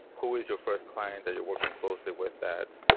who is your first client that you're working closely with that?